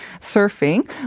surfing